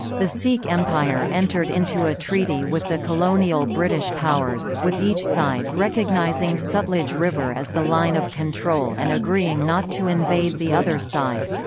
the sikh empire entered into a treaty with the colonial british powers, with each side recognizing sutlej river as the line of control and agreeing not to invade the other side.